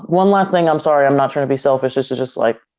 one last thing, i'm sorry, i'm not tryin' to be selfish, this is just like,